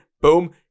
Boom